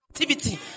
activity